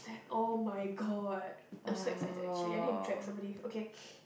that [oh]-my-god I'm so excited actually I need to drag somebody okay